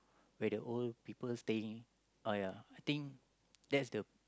where the old people staying uh ya think that's the